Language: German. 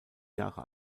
jahre